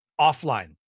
offline